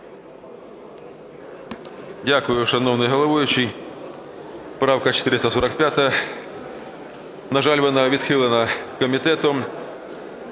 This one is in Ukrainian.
Дякую, шановний головуючий, правка 445-а, на жаль, вона відхилена комітетом.